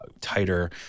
tighter